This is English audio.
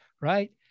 right